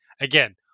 again